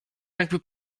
jakby